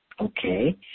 Okay